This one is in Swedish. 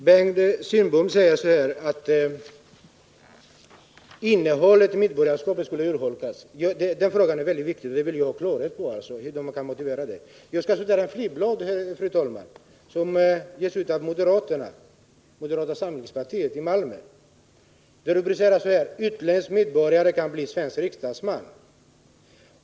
Fru talman! Bengt Kindbom säger att innehållet i medborgarskapet skulle urholkas. Detta är en mycket viktig fråga, och jag vill ha klarhet i hur man motiverar det påståendet. Jag skall citera ett flygblad, fru talman, som getts ut av moderata samlingspartiet i Malmö. Rubriken lyder: Utländsk medborgare kan bli svensk riksdagsman!